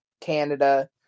Canada